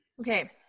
Okay